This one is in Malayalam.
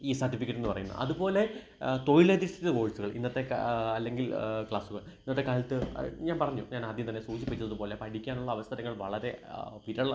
ഈ സർട്ടിഫിക്കറ്റെന്ന് പറയുന്നത് അതുപോലെ തൊഴിലധിഷ്ഠിത കോഴ്സ്കൾ ഇന്നത്തെ അല്ലെങ്കിൽ ക്ലാസുകൾ ഇന്നത്തെ കാലത്ത് ഞാന് പറഞ്ഞു ഞാൻ ആദ്യംതന്നെ സൂചിപ്പിച്ചതുപോലെ പഠിക്കാനുള്ള അവസരങ്ങൾ വളരെ വിരള